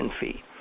fee